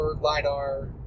LiDAR